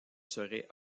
serait